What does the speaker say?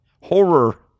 horror